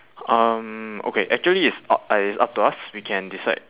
um okay actually it's up uh it's up to us we can decide